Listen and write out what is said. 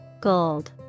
gold